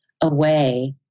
away